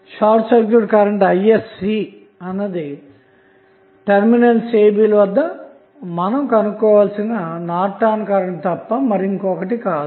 short circuit current iscఅన్నది టెర్మినల్స్abల వద్ద మనం కనుగొనవలసి న నార్టన్ కరెంట్ తప్ప మరొకటి కాదు